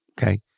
okay